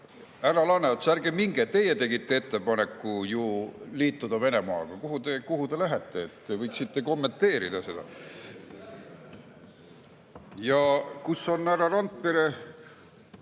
Laaneots, ärge minge! Teie tegite ju ettepaneku liituda Venemaaga. Kuhu te lähete? Te võiksite kommenteerida seda. Ja kus on härra Randpere?